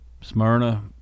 smyrna